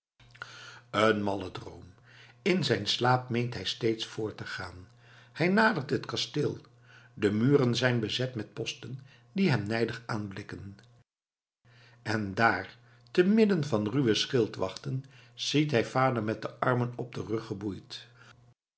een malle droom in zijn slaap meent hij steeds voort te gaan hij nadert het kasteel de muren zijn bezet met posten die hem nijdig aanblikken en daar te midden van ruwe schildwachten ziet hij vader met de armen op den rug geboeid